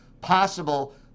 possible